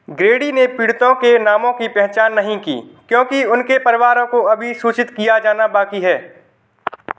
Grady ने पीड़ितों के नामों की पहचान नहीं की क्योंकि उनके परिवारों को अभी सूचित किया जाना बाकी है